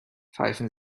pfeifen